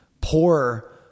poor